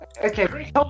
Okay